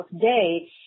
day